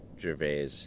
Gervais